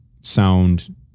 sound